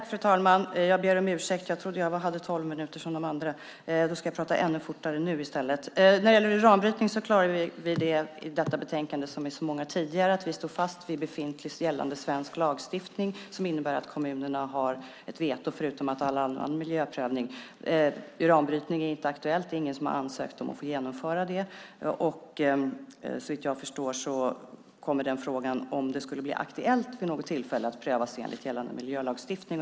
Fru talman! När det gäller uranbrytning klargör vi i detta betänkande, som i så många tidigare, att vi står fast vid befintlig gällande svensk lagstiftning som innebär att kommunerna har ett veto, förutom all annan miljöprövning. Uranbrytning är inte aktuellt - det är ingen som har ansökt om att få genomföra det. Såvitt jag förstår kommer den frågan, om det skulle bli aktuellt vid något tillfälle, att prövas enligt gällande miljölagstiftning.